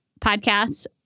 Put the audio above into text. Podcasts